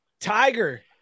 Tiger